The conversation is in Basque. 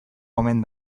omen